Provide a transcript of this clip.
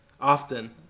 Often